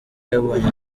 yabonye